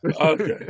Okay